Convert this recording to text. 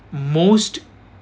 most